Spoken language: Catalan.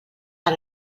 per